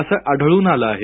असं आढळून आलं आहे